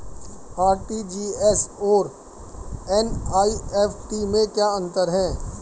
RTGS और NEFT में क्या अंतर है?